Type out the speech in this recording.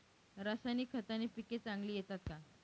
रासायनिक खताने पिके चांगली येतात का?